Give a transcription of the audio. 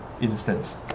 instance